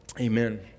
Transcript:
amen